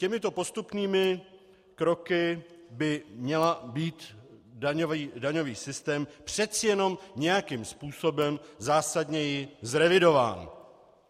Těmito postupnými kroky by měl být daňový systém přece jenom nějakým způsobem zásadněji zrevidován.